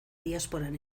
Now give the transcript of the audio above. diasporan